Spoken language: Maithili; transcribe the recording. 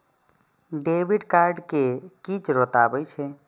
डेबिट कार्ड के की जरूर आवे छै?